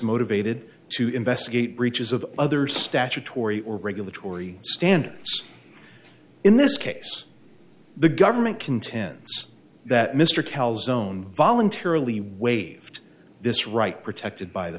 motivated to investigate breaches of other statutory or regulatory standards in this case the government contends that mr cowles own voluntarily waived this right protected by the